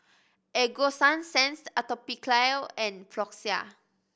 Ego Sunsense Atopiclair and Floxia